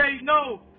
no